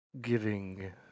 giving